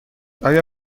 آیا